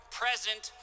present